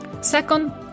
Second